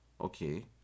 okay